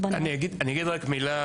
אילן